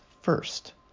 first